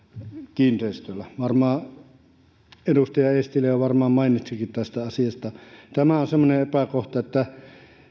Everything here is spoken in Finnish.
kiinteistöllä ei ole mitään arvoa edustaja eestilä jo varmaan mainitsikin tästä asiasta tämä on semmoinen epäkohta että